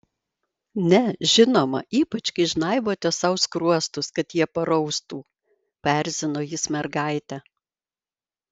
ne žinoma ypač kai žnaibote sau skruostus kad jie paraustų paerzino jis mergaitę